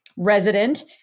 resident